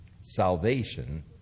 Salvation